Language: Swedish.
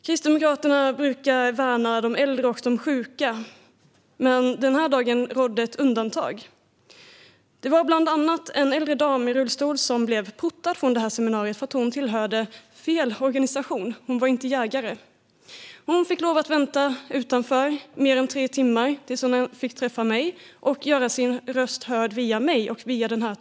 Kristdemokraterna brukar värna de äldre och de sjuka, men denna dag rådde ett undantag. Bland annat blev en äldre dam i rullstol portad från seminariet på grund av att hon tillhörde fel organisation. Hon var inte jägare. Hon blev tvungen att vänta utanför i mer än tre timmar innan hon kunde träffa mig för att via mig i denna talarstol kunna göra sin röst hörd.